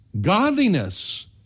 godliness